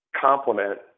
complement